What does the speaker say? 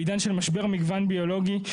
בעידן של משבר מגוון ביולוגי?